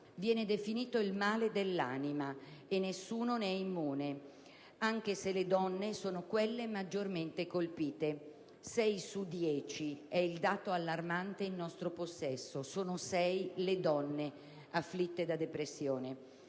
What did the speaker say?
Viene definito il «male dell'anima», e nessuno ne è immune, anche se le donne sono quelle maggiormente colpite: il dato allarmante in nostro possesso è quello secondo cui le donne afflitte da depressione